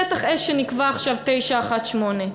שטח אש שנקבע עכשיו, 918,